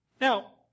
Now